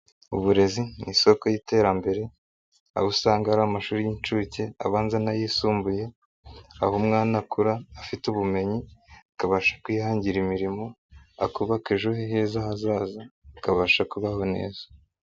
Uburezi ni isoko y'iterambere, aho usanga ari amashuri y'inshuke, abanza n'ayisumbuye, aho umwana akura afite ubumenyi akabasha kwihangira imirimo, akubaka ejo heza hazaza akabasha kubaho neza.